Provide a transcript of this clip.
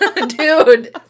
Dude